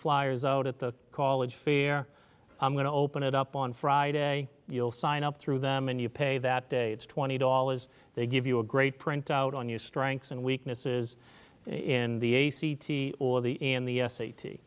flyers out at the college fear i'm going to open it up on friday you'll sign up through them and you pay that day it's twenty dollars they give you a great printout on your strengths and weaknesses in the a c t or the in the s